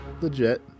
legit